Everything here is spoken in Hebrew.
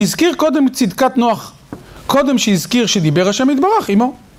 הזכיר קודם צדקת נוח, קודם שהזכיר שדיבר השם יתברך עימו.